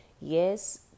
yes